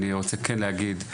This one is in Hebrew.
אני רוצה כן להגיד,